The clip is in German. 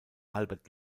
albert